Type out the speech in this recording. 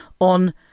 on